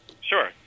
Sure